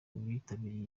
bitabiriye